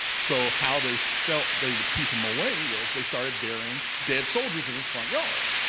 so how they felt they would keep him away was they started burying dead soldiers in his front yard,